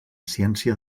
ciència